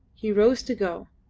he rose to go.